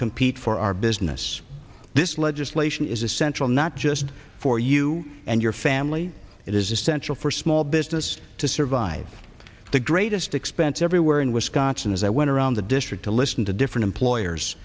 compete for our business this legislation is essential not just for you and your family it is essential for small business to survive the greatest expense everywhere in wisconsin as i went around the district to listen to different employers